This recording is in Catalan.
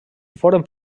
foren